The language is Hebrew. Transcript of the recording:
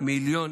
מיליון